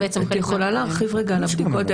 את יכולה להרחיב רגע על הבדיקות,